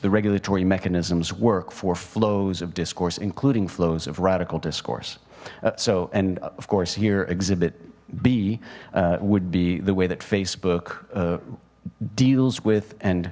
the regulatory mechanisms work for flows of discourse including flows of radical discourse so and of course here exhibit b would be the way that facebook deals with and